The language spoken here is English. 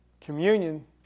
communion